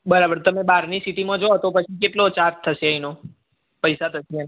બરાબર તમે બહારની સીટીમાં જાવ તો પછી કેટલો ચાર્જ થશે એનો પૈસા થશે